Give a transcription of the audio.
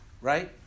right